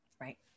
Right